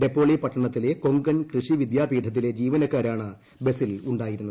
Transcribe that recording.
ഡപ്പോളി പട്ടണത്തിലെ കൊങ്കൺ കൃഷി വിദ്യാപീഠത്തിലെ ജീവനക്കാരാണ് ബസിൽ ഉണ്ടായിരുന്നത്